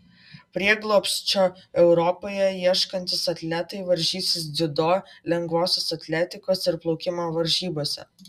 prieglobsčio europoje ieškantys atletai varžysis dziudo lengvosios atletikos ir plaukimo varžybose